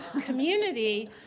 community